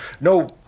No